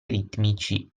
ritmici